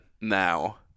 now